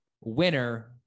winner